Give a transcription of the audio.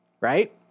Right